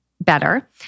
better